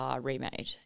remade